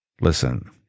Listen